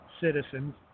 citizens